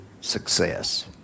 success